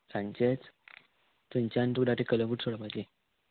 सांचेच थंयच्यान तुका राती कलंगूट सोडपाचें